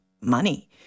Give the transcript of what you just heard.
Money